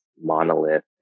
monolith